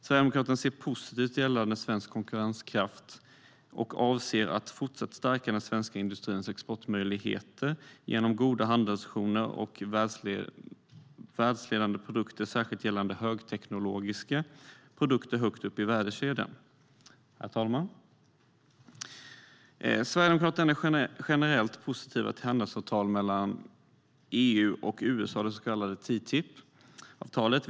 Sverigedemokraterna ser positivt på svensk konkurrenskraft och avser att fortsatt stärka den svenska industrins exportmöjligheter genom goda handelsrelationer och världsledande produkter, särskilt gällande högteknologiska produkter högt upp i värdekedjan. Herr talman! Sverigedemokraterna är generellt positiva till handelsavtalet mellan EU och USA, det så kallade TTIP-avtalet.